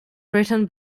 written